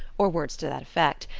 or words to that effect,